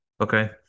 Okay